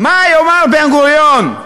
מה יאמר בן-גוריון,